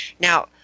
now